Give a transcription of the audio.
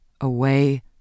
Away